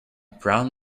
brown